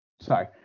sorry